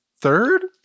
third